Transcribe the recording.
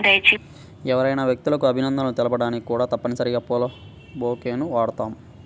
ఎవరైనా వ్యక్తులకు అభినందనలు తెలపడానికి కూడా తప్పనిసరిగా పూల బొకేని వాడుతాం